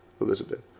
Elizabeth